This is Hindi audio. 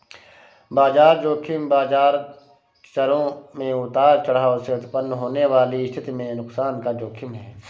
बाजार ज़ोखिम बाजार चरों में उतार चढ़ाव से उत्पन्न होने वाली स्थिति में नुकसान का जोखिम है